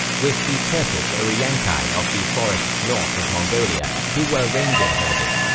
with the turkic uriyangqai of the forests north of mongolia who were reindeer herders.